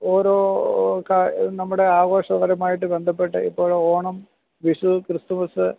ഓരോ നമ്മുടെ ആഘോഷപരമായിട്ട് ബന്ധപ്പെട്ട് ഇപ്പോൾ ഓണം വിഷു ക്രിസ്തുമസ്